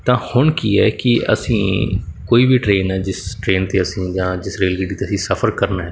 ਤਾਂ ਹੁਣ ਕੀ ਹੈ ਕਿ ਅਸੀਂ ਕੋਈ ਵੀ ਟ੍ਰੇਨ ਆ ਜਿਸ ਟਰੇਨ 'ਤੇ ਅਸੀਂ ਜਾਂ ਜਿਸ ਰੇਲ ਗੱਡੀ 'ਤੇ ਅਸੀਂ ਸਫਰ ਕਰਨਾ